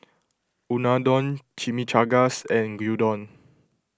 Unadon Chimichangas and Gyudon